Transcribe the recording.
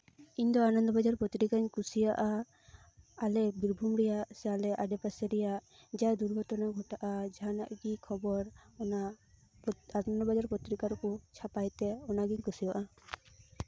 ᱤᱧ ᱫᱚ ᱟᱱᱚᱱᱫᱚ ᱵᱟᱡᱟᱨ ᱯᱚᱛᱨᱤᱠᱟᱧ ᱠᱩᱥᱤᱭᱟᱜᱼᱟ ᱟᱞᱮ ᱵᱤᱨᱵᱷᱩᱢ ᱨᱮᱭᱟᱜ ᱥᱮ ᱟᱞᱮ ᱟᱰᱮ ᱯᱟᱥᱮ ᱨᱮᱭᱟᱜ ᱡᱟᱦᱟᱸ ᱫᱩᱨᱜᱷᱚᱴᱚᱱᱟ ᱜᱷᱚᱴᱟᱜᱼᱟ ᱡᱟᱦᱟᱱᱟᱜ ᱜᱮ ᱠᱷᱚᱵᱚᱨ ᱚᱱᱟ ᱟᱱᱚᱱᱫᱚᱵᱟᱡᱟᱨ ᱯᱚᱛᱨᱤᱠᱟ ᱨᱮᱠᱚ ᱪᱷᱟᱯᱟᱭ ᱛᱮ ᱚᱱᱟ ᱜᱤᱧ ᱠᱩᱥᱤᱭᱟᱜ ᱼᱟ